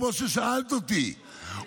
כמו ששאלת אותי,